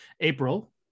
april